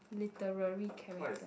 literary character